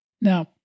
Now